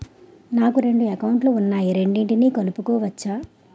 నాకు రెండు అకౌంట్ లు ఉన్నాయి రెండిటినీ కలుపుకోవచ్చా?